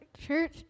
church